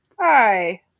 Hi